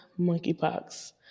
monkeypox